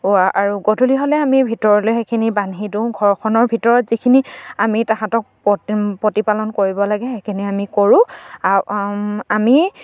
আৰু গধূলি হ'লে আমি ভিতৰলৈ সেইখিনি বান্ধি দিওঁ ঘৰখনৰ ভিতৰত যিখিনি আমি তাহাঁতক প্ৰতিপালন কৰিব লাগে সেইখিনি আমি কৰোঁ আমি